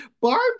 Barb